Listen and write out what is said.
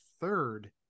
third